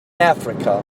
africa